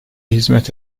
hizmet